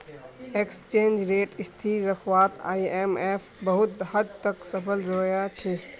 exchange rate स्थिर रखवात IMF बहुत हद तक सफल रोया छे